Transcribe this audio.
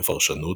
בפרשנות,